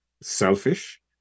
Selfish